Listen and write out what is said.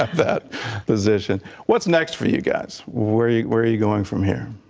that physicians, what's next for you guys where you were you going from here.